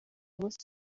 munsi